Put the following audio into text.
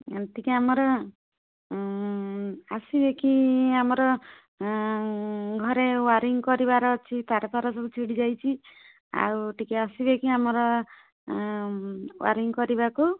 ଏମିତିକି ଆମରଆସିବେ କିି ଆମର ଘରେ ୱାରିଙ୍ଗ କରିବାର ଅଛି ତାର ଫାର ସବୁ ଛିଡ଼ି ଯାଇଛିି ଆଉ ଟିକେ ଆସିବେକି ଆମର ୱାରିଙ୍ଗ କରିବାକୁ